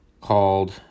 called